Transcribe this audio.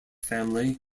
family